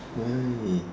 why